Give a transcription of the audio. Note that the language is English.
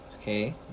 okay